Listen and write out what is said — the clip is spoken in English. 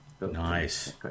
Nice